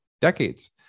decades